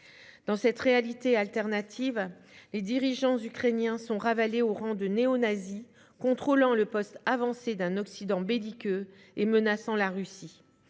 Dans cette réalité alternative, les dirigeants ukrainiens sont ravalés au rang de néonazis contrôlant le poste avancé d'un Occident belliqueux et menaçant la Russie.